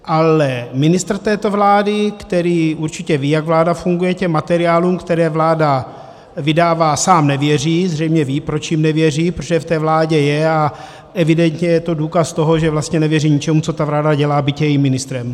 Ale ministr této vlády, který určitě ví, jak vláda funguje, těm materiálům, které vláda vydává, sám nevěří, zřejmě ví, proč jim nevěří, protože v té vládě je, a evidentně je to důkaz toho, že vlastně nevěří ničemu, co ta vláda dělá, byť je jejím ministrem.